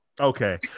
Okay